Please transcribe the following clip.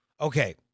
Okay